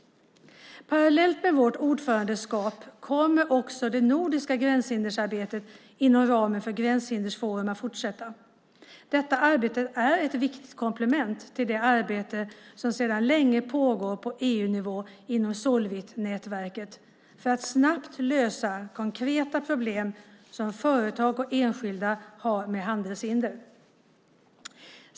Parallellt med vårt EU-ordförandeskap kommer också det nordiska gränshindersarbetet inom ramen för Gränshindersforum att fortsätta. Detta arbete är ett viktigt komplement till det arbete som sedan länge pågår på EU-nivå inom Solvitnätverket för att snabbt lösa konkreta problem som företag och enskilda har med handelshinder.